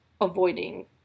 avoiding